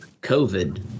COVID